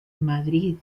madrid